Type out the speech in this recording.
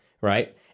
right